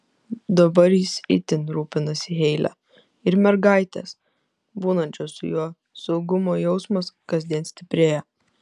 dabar jis itin rūpinasi heile ir mergaitės būnančios su juo saugumo jausmas kasdien stiprėja